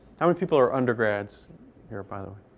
how many people are undergrads here by the way?